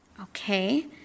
Okay